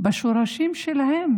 בשורשים שלהם